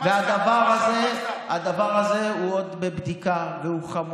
הדבר הזה עוד בבדיקה והוא חמור,